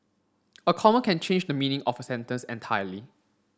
a comma can change the meaning of a sentence entirely